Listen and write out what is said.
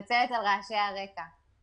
אני מתנצלת על זה שאני לא נמצאת פיזית.